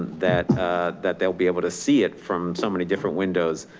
that that they'll be able to see it from so many different windows,